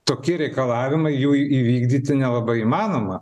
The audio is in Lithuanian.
tokie reikalavimai jų įvykdyti nelabai įmanoma